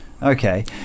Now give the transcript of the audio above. Okay